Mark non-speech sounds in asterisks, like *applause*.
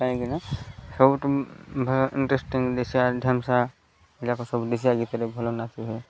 କାହିଁକିନା ସବୁଠୁ ଭଲ ଇଣ୍ଟେରେଷ୍ଟିଂ ଦେଶୀଆ ଢେମ୍ସା *unintelligible* ସବୁ ଦେଶୀଆ ଗୀତରେ ଭଲ ନାଚ ହୁଏ